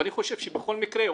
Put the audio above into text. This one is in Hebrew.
ואני חושב שבכל מקרה,